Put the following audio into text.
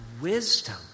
wisdom